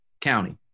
County